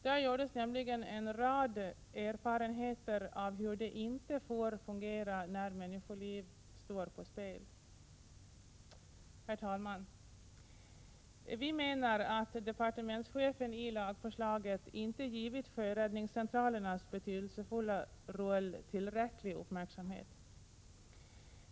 Där gjordes nämligen en mängd erfarenheter av hur det inte får fungera när människoliv står på spel. Herr talman! Vi menar att departementschefen i lagförslaget inte givit sjöräddningscentralernas betydelsefulla roll tillräcklig uppmärksamhet.